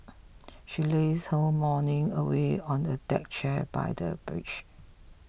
she lazed her whole morning away on a deck chair by the beach